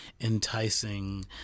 enticing